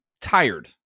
tired